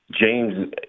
james